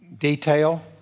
detail